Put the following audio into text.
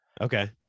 okay